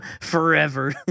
Forever